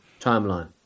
timeline